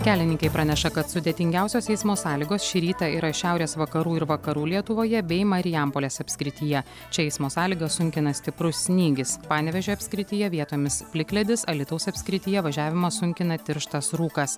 kelininkai praneša kad sudėtingiausios eismo sąlygos šį rytą yra šiaurės vakarų ir vakarų lietuvoje bei marijampolės apskrityje čia eismo sąlygas sunkina stiprus snygis panevėžio apskrityje vietomis plikledis alytaus apskrityje važiavimą sunkina tirštas rūkas